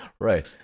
Right